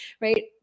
Right